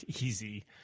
easy